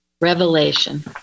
Revelation